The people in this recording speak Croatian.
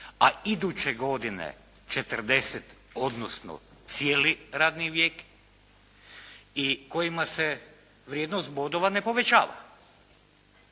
a iduće godine 40 odnosno cijeli radni vijek i kojima se vrijednost bodova ne povećava.